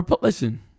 Listen